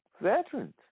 veterans